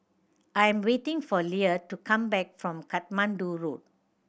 I am waiting for Lea to come back from Katmandu Road